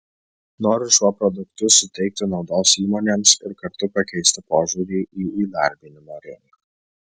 noriu šiuo produktu suteikti naudos įmonėms ir kartu pakeisti požiūrį į įdarbinimo rinką